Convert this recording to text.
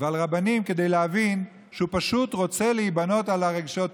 ועל רבנים כדי להבין שהוא פשוט רוצה להיבנות על הרגשות האלה.